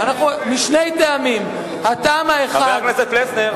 אדוני, חבר הכנסת פלסנר,